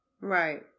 Right